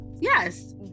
yes